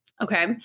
okay